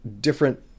different